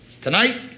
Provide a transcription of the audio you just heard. Tonight